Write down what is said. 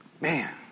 Man